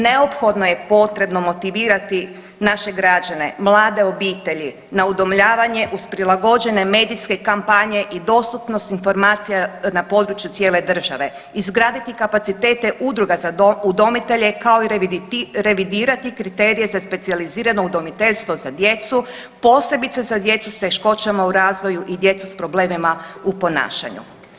Neophodno je potrebno motivirati naše građane, mlade obitelji na udomljavanje uz prilagođene medijske kampanje i dostupnost informacija na području cijele države, izgraditi kapacitete udruga za udomitelje, kao i revidirati kriterije za specijalizirano udomiteljstvo za djecu, posebice za djecu s teškoćama u razvoju i djecu s problemima u ponašanju.